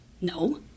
No